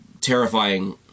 terrifying